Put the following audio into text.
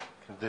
זה